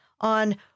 on